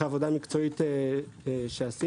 אחרי עבודה מקצועית שעשינו,